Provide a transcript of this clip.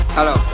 Hello